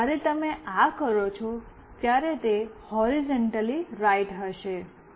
અને જ્યારે તમે આ કરો છો ત્યારે તે હૉરિઝૉન્ટલી રાઈટ હશે